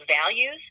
values